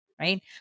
right